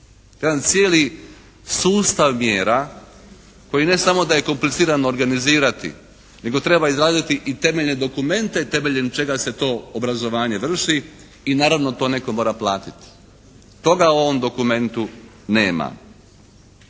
Jedan cijeli sustav mjera koji ne samo da je kompliciran organizirati, nego treba izraditi i temeljne dokumente temeljem čega se to obrazovanje vrši i naravno to netko mora platiti. Toga u ovom dokumentu nema.